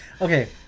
Okay